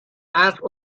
اسب